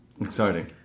Exciting